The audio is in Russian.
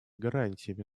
гарантиями